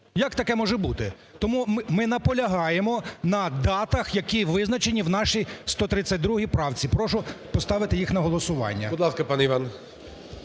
Як таке може бути? Тому ми наполягаємо на датах які визначені в нашій 132 правці. Прошу поставити їх на голосування.